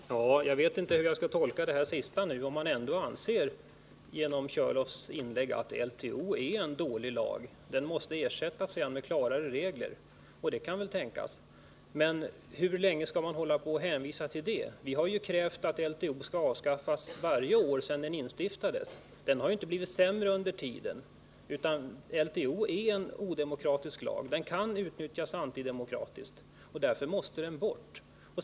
Fru talman! Jag vet inte hur jag skall tolka Björn Körlofs senaste inlägg. Anser man i utskottet att LTO är en dålig lag? Den måste ersättas med klarare regler, säger han, och det kan väl tänkas. Men hur länge skall man hålla på och hänvisa till det? Vi har ju krävt varje år sedan LTO instiftades att den lagen skall avskaffas. Den har inte blivit sämre under tiden. LTO är en odemokratisk lag. Den kan utnyttjas antidemokratiskt, och därför måste den bort.